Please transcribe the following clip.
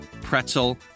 pretzel